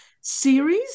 series